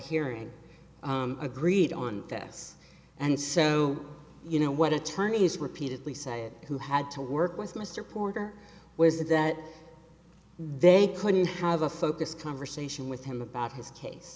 hearing agreed on this and so you know what attorney has repeatedly said who had to work with mr porter was that they couldn't have a focus conversation with him about his case